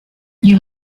you